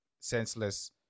senseless